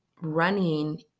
running